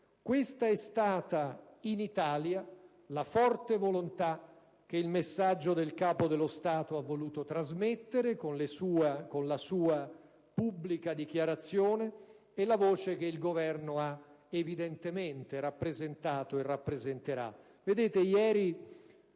questa è stata in Italia la forte volontà che il messaggio del Capo dello Stato ha voluto trasmettere con la sua pubblica dichiarazione, e la voce che il Governo ha evidentemente rappresentato e rappresenterà. Ieri,